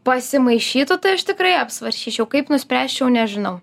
pasimaišytų tai aš tikrai apsvarstyčiau kaip nuspręsčiau nežinau